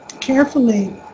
carefully